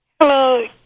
Hello